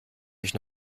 mich